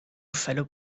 fellow